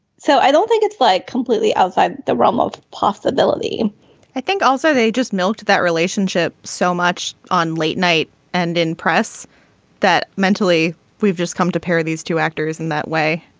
so i don't think it's like completely outside the realm of possibility i think also they just milked that relationship so much on late night and in press that mentally we've just come to pair these two actors in that way.